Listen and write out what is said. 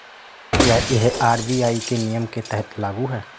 क्या यह आर.बी.आई के नियम के तहत लागू है?